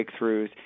breakthroughs